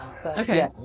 Okay